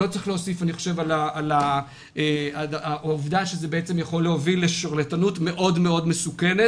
לא צריך להוסיף על העובדה שזה יכול להוביל לשרלטנות מאוד-מאוד מסוכנת.